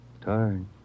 Tired